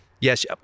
Yes